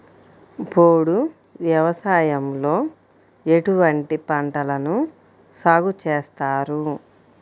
పోడు వ్యవసాయంలో ఎటువంటి పంటలను సాగుచేస్తారు?